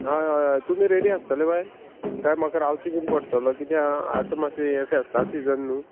हय हय तुमी रेडी आसतले बाय काय म्हाका रावचें बीन पडटले किद्या आतां मातशें हें फेस्तां सिजन न्हू